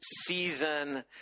season